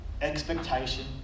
Expectation